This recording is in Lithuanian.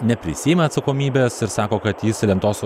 neprisiima atsakomybės ir sako kad jis lentos